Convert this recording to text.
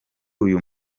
uyu